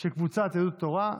של קבוצת יהדות התורה,